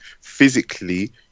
physically